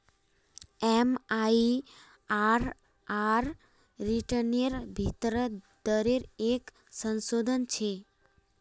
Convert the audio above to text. MIRR रिटर्नेर भीतरी दरेर एक संशोधन छे